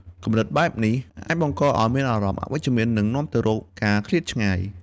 គំនិតបែបនេះអាចបង្កឱ្យមានអារម្មណ៍អវិជ្ជមាន និងនាំទៅរកការឃ្លាតឆ្ងាយ។